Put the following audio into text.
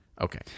Okay